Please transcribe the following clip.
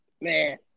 Man